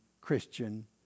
Christian